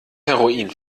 heroin